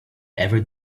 every